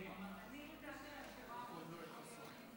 לדעתי רשומה במקום יואל חסון.